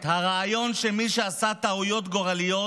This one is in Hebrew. "הרעיון שמי שעשה טעויות גורליות